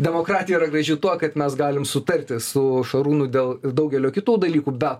demokratija yra graži tuo kad mes galim sutarti su šarūnu dėl daugelio kitų dalykų bet